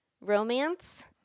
romance